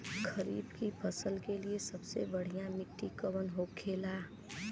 खरीफ की फसल के लिए सबसे बढ़ियां मिट्टी कवन होखेला?